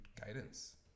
guidance